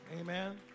Amen